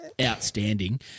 outstanding